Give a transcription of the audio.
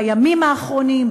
בימים האחרונים,